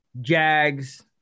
Jags